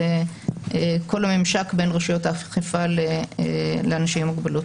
כל הממשק בין רשויות האכיפה לאנשים עם מוגבלות.